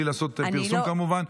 בלי לעשות פרסום כמובן.